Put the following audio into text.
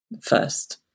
first